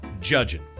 judging